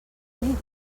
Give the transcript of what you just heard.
nit